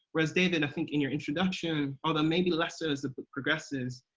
whereas david i think in your introduction, although maybe less so as it progresses,